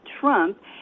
Trump